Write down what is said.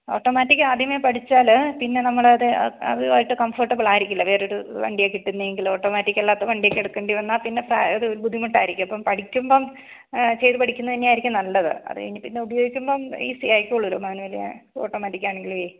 automatic ആദ്യമേ പഠിച്ചാൽ പിന്നെ നമ്മൾ അത് അതുവായിട്ട് കംഫോർട്ടബിളായിരിക്കില്ല വേറൊരു വണ്ടിയാണ് കിട്ടുന്നതെങ്കിൽ ഓട്ടോമാറ്റിക്കല്ലാത്ത വണ്ടിയൊക്കെ എടുക്കേണ്ടി വന്നാൽ പിന്നെ പ്രാ ഒരു ബുദ്ധിമുട്ടായിരിക്കും അപ്പം പഠിക്കുമ്പം ചെയ്ത് പഠിക്കുന്നത് തന്നെ ആയിരിക്കും നല്ലത് അതുകഴിഞ്ഞ് പിന്നെ ഉപയോഗിക്കുമ്പം ഈസി ആയിക്കോളുമല്ലോ മാന്യുവൽ ഓട്ടോമാറ്റിക്കാണെങ്കിലുവേ